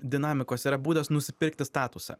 dinamikos yra būdas nusipirkti statusą